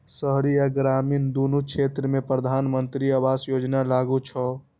शहरी आ ग्रामीण, दुनू क्षेत्र मे प्रधानमंत्री आवास योजना लागू छै